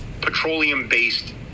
Petroleum-based